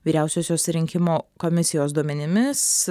vyriausiosios rinkimų komisijos duomenimis